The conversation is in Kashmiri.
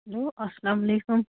ہیلو السلام علیکُم